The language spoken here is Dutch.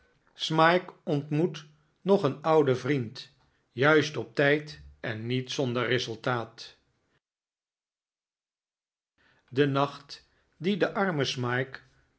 smike ontmoet nog een ouden vriend juist op tijd en niet zonder resultaat de nacht dien de arme smike